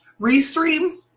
Restream